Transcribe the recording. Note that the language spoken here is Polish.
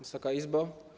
Wysoka Izbo!